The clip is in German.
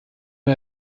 ein